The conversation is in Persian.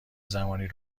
زمانی